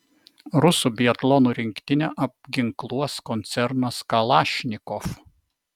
rusų biatlono rinktinę apginkluos koncernas kalašnikov